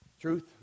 Truth